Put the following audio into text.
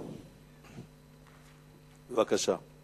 בבקשה.